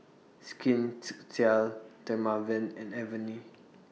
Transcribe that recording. Skin Dermaveen and Avene